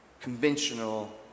conventional